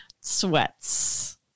sweats